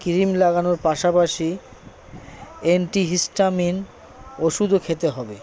cream লাগানোর পাশাপাশি antihistamine ওষুধও খেতে হবে